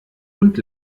und